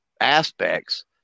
aspects